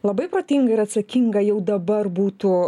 labai protinga ir atsakinga jau dabar būtų